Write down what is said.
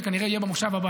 זה כנראה יהיה במושב הבא.